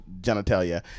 genitalia